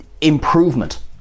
improvement